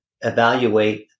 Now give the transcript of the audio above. evaluate